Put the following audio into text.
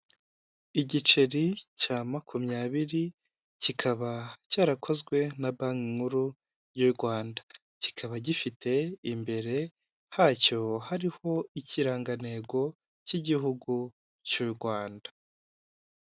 Igiceri cya makumyabiri kikaba cyarakozwe na banki nkuru y'u Rwanda. Kikaba gifite imbere hacyo hariho ikirangantego cy'igihugu cy'u Rwanda.